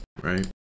right